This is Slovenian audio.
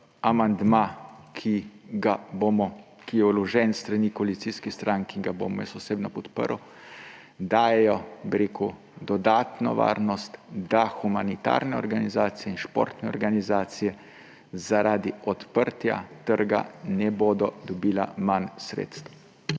amandma, ki je vložen s strani koalicijskih strank in ga bom jaz osebno podprl, dajejo dodatno varnost, da humanitarne organizacije in športne organizacije zaradi odprtja trga ne bodo dobile manj sredstev.